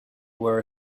were